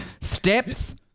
Steps